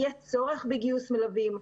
יהיה צורך בגיוס מלווים.